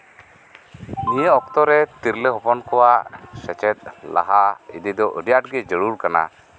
ᱱᱤᱭᱟᱹ ᱚᱠᱛᱚᱨᱮ ᱛᱤᱨᱞᱟᱹ ᱦᱚᱯᱚᱱᱟᱜ ᱥᱮᱪᱮᱫ ᱞᱟᱦᱟ ᱤᱫᱤ ᱫᱚ ᱟᱹᱰᱤ ᱟᱸᱴ ᱜᱮ ᱡᱟᱹᱨᱩᱲ ᱠᱟᱱᱟ